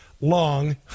long